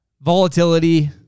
volatility